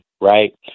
right